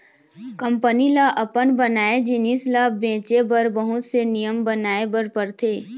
company ल अपन बनाए जिनिस ल बेचे बर बहुत से नियम बनाए बर परथे